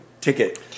ticket